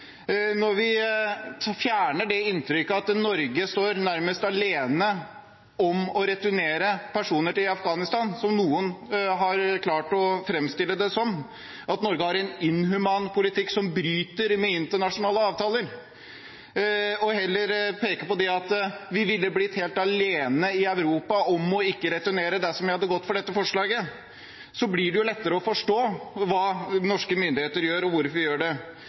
Når vi fjerner det inntrykket at Norge nærmest er alene om å returnere personer til Afghanistan – slik noen har klart å framstille det som – at Norge har en inhuman politikk som bryter med internasjonale avtaler, og heller peker på at vi ville blitt helt alene i Europa om ikke å returnere dersom vi hadde gått inn for dette forslaget, blir det lettere å forstå hva norske myndigheter gjør, og hvorfor vi gjør det.